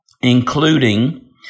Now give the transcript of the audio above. including